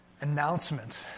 announcement